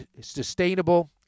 sustainable